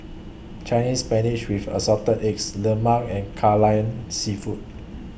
Chinese Spinach with Assorted Eggs Lemang and Kai Lan Seafood